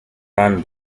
run